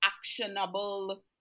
actionable